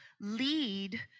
lead